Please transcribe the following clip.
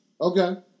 Okay